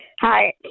Hi